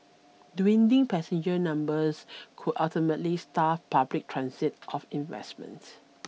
dwindling passenger numbers could ultimately starve public transit of investment